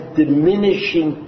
diminishing